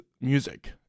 music